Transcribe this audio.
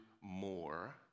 more